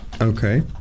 Okay